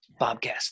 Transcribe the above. Bobcast